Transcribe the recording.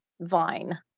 vine